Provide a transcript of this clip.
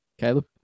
Caleb